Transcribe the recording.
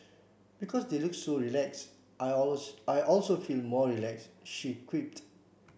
because they look so relaxed I also feel more relaxed she quipped